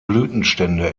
blütenstände